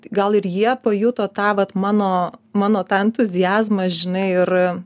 gal ir jie pajuto tą vat mano mano tą entuziazmą žinai ir